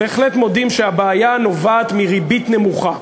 בהחלט מודים שהבעיה נובעת מריבית נמוכה.